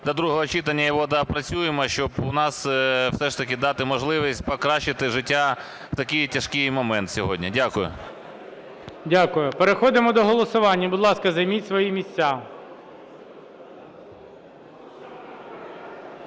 до другого читання його доопрацюємо, щоб у нас все ж таки дати можливість покращити життя в такий тяжкий момент сьогодні. Дякую. ГОЛОВУЮЧИЙ. Дякую. Переходимо до голосування. Будь ласка, займіть свої місця.